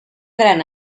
gran